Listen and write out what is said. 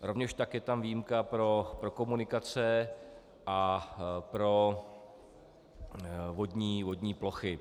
Rovněž tak je tam výjimka pro komunikace a pro vodní plochy.